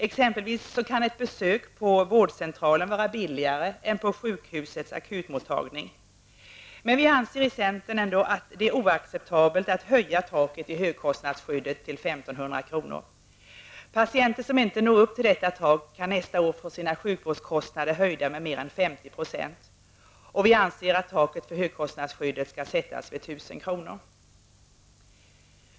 Exempelvis kan ett besök på vårdcentralen vara billigare än på sjukhusets akutmottagning. Men centern anser att det är oacceptabelt att höja taket i högkostnadsskyddet till 1 500 kr. Patienter som ej når upp till detta tak, kan nästa år få sina sjukvårdskostnader höjda med mer än 50 %. Vi anser att taket för högkostnadsskyddet skall sättas vid 1 000 kr.